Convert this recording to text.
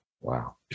Wow